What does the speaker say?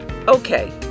Okay